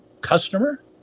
customer